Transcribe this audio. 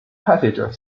passenger